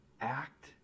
act